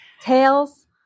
Tails